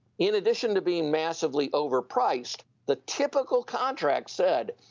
in addition to being massively overpriced, the typical contract said,